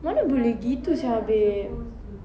mana boleh gitu sia babe